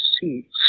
seats